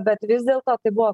bet vis dėlto tai buvo